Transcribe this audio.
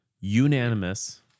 Unanimous